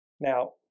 Now